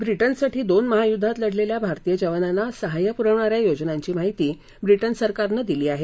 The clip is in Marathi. ब्रिटनसाठी दोन महायुध्दात लढलेल्या भारतीय जवानाना सहाय्य पुरवणा या योजनांची माहिती ब्रिटन सरकारनं दिली आहे